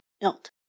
built